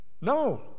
No